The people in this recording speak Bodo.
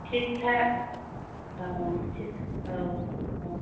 थिग थाग अ औ औ अ